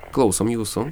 klausom jūsų